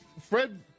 Fred